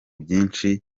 byinshi